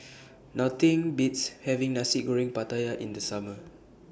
Nothing Beats having Nasi Goreng Pattaya in The Summer